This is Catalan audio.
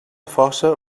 fosa